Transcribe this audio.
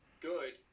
good